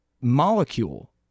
molecule